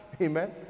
amen